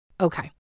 Okay